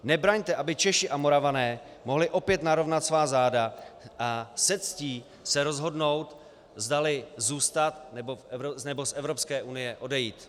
Nebraňte, aby Češi a Moravané mohli opět narovnat svá záda a se ctí se rozhodnout, zdali zůstat, nebo z Evropské unie odejít.